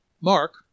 Mark